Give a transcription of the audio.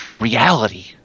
reality